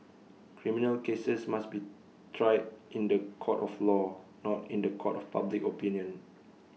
criminal cases must be tried in The Court of law not in The Court of public opinion